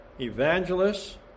evangelists